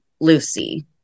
Lucy